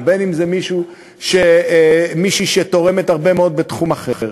ובין שזו מישהי שתורמת הרבה מאוד בתחום אחר,